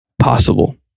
possible